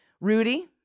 Rudy